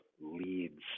leads